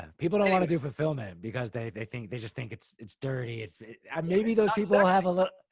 people don't want to do fulfillment because they they think, they just think it's, it's dirty. it's maybe those people have a low,